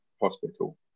hospital